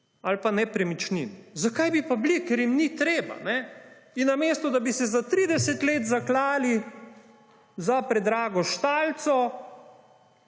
ali pa nepremičnin. Zakaj bi pa bili, ker jim ni treba. In namesto da bi se za 30 let zaklali za predrago štalico,